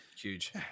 Huge